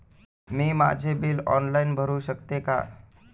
मी माझे mobile bill online भरू शकते का?